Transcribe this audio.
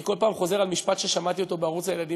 אני כל פעם חוזר על משפט ששמעתי בערוץ הילדים